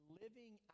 living